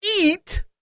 eat